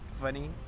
funny